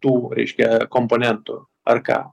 tų reiškia komponentų ar ką